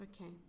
okay